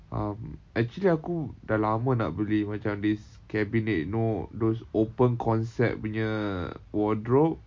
um actually aku dah lama nak beli macam this cabinet know those open concept punya wardrobe